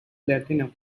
platinum